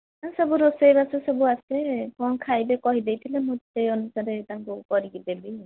ହଁ ସବୁ ରୋଷେଇବାସ ସବୁ ଆସେ କ'ଣ ଖାଇବେ କହିଦେଇଥିଲେ ମୁଁ ସେଇ ଅନୁସାରେ ତାଙ୍କୁ କରିକି ଦେବି ଆଉ